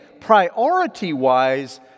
priority-wise